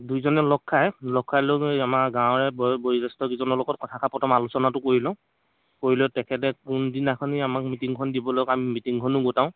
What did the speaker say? দুইজনে লগ খাই লগ খাই লৈ আমাৰ গাঁৱৰে বয়োজ্যেষ্ঠকিজনৰ লগত কথাষাৰ প্ৰথম আলোচনাটো কৰি লওঁ কৰি লৈ তেখেতে কোন দিনাখনি আমাক মিটিঙখন দিবলৈ কয় আমি মিটিঙখনো গোটাও